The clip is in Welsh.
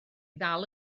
ddal